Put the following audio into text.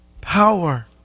power